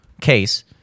case